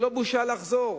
זאת לא בושה לחזור,